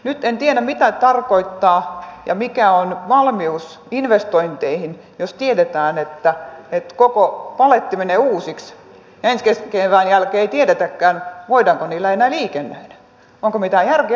nyt en tiedä mitä tarkoittaa ja mikä on valmius investointeihin jos tiedetään että koko paletti menee uusiksi ja ensi kevään jälkeen ei tiedetäkään voidaanko niillä enää liikennöidä onko mitään järkeä investoida